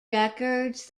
records